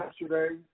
yesterday